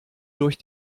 durch